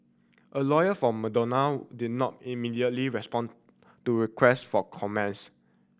a lawyer for Madonna did not immediately respond to request for